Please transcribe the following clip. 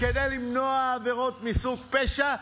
כדי למנוע עבירות מסוג פשע.